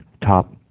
top